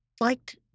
liked